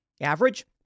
Average